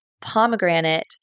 pomegranate